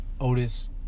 Otis